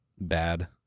bad